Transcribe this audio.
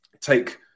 take